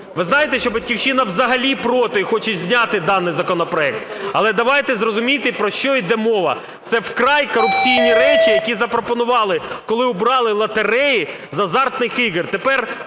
Ви знаєте, що "Батьківщина" взагалі проти і хоче зняти даний законопроект? Але давайте, зрозумійте, про що йде мова. Це вкрай корупційні речі, які запропонували, коли убрали лотереї з азартних ігор.